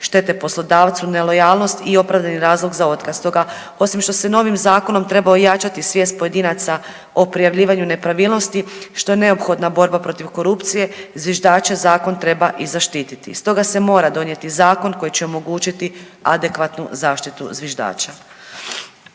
štete poslodavcu, nelojalnost i opravdani razlog za otkaz. Stoga osim što se novim zakonom treba ojačati svijest pojedinaca o prijavljivanju nepravilnost što je neophodna borba protiv korupcije, zviždače zakon treba i zaštititi. Stoga se mora donijeti zakon koji će omogućiti adekvatnu zaštitu zviždača.